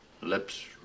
lips